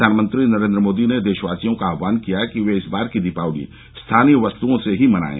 प्रधानमंत्री नरेंद्र मोदी ने देशवासियों का आह्ववान किया है कि वे इस बार की दीपावली स्थानीय वस्तुओं से ही मनाएं